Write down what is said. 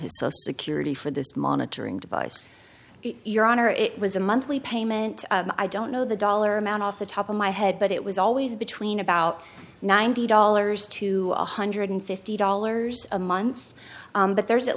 his social security for this monitoring device your honor it was a monthly payment i don't know the dollar amount off the top of my head but it was always between about ninety dollars to one hundred fifty dollars a month but there's at